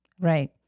Right